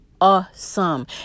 awesome